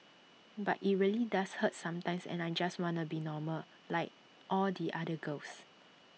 but IT really does hurt sometimes and I just wanna be normal like all the other girls